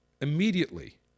Immediately